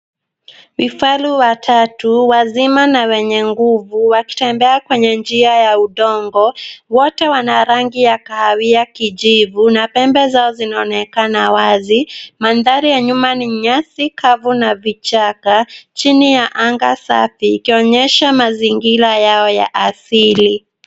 Vifaru watatu wazima na wenye nguvu wakitembea kwa njia yeye udong. Wote wana rangi ya kahawia kijivu na pembe zao zinaonekana wazi. Mbali ya nyuma ni nyasi kavu na vichaka chini ya anga safi ukionyesha mazingira yao ya asili